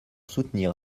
soutenir